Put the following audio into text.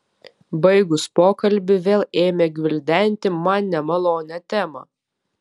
baigus pokalbį vėl ėmė gvildenti man nemalonią temą